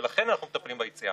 וחלק מהוצאות התחזוקה,